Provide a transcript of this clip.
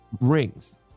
rings